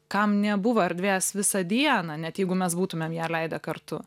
kam nebuvo erdvės visą dieną net jeigu mes būtumėm ją leidę kartu